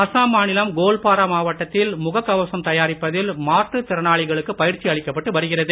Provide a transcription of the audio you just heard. அஸ்ஸாம் மாநிலம் கோல்பாரா மாவட்டத்தில் முகக் கவசம் தயாரிப்பதில் மாற்றுத் திறனாளிகளுக்கு பயிற்சி அளிக்கப்பட்டு வருகிறது